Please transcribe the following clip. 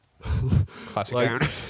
Classic